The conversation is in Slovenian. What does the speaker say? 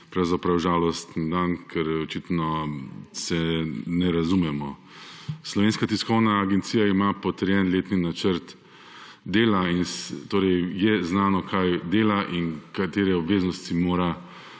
pravzaprav žalosten dan, ker očitno se ne razumemo. Slovenska tiskovna agencija ima potrjen letni načrt dela in torej je znano kaj dela in kater obveznosti mora